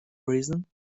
reason